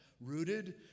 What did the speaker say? rooted